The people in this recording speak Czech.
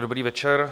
Dobrý večer.